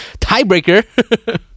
Tiebreaker